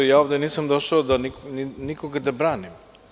Ovde nisam došao nikoga da branim.